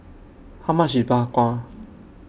How much IS Bak Kwa